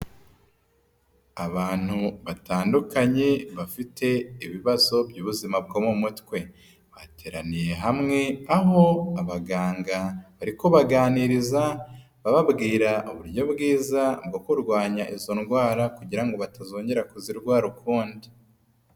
Abantu batandukanye bafite ibibazo by'ubuzima bwo mu mutwe, bateraniye hamwe aho abaganga bari kubaganiriza bababwira uburyo bwiza bwo kurwanya izo ndwara kugira ngo batazongera kuzirwara ukundi.